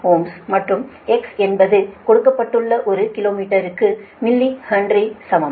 39Ω மற்றும் x என்பது கொடுக்கப்பட்டுள்ள ஒரு கிலோமீட்டருக்கு மில்லிஹென்ரிக்கு சமம்